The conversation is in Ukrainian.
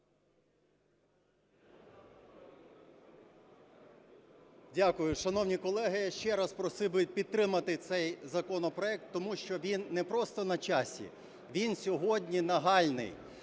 Дякую. Шановні колеги, ще раз просив би підтримати цей законопроект, тому що він не просто на часі, він сьогодні нагальний.